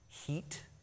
Heat